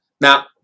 Now